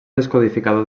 descodificador